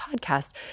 podcast